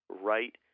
right